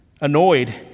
annoyed